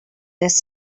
this